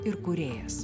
ir kūrėjas